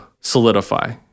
solidify